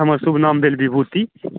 हमर शुभ नाम भेल विभूति